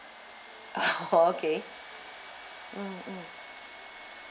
oh okay mm mm